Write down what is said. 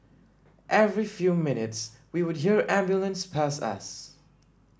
every few minutes we would hear ambulances pass us